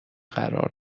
قرار